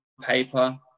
paper